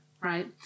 right